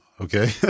okay